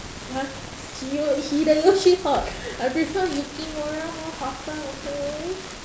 !huh! hiyo~ hideyoshi hot I prefer yukimura more hotter okay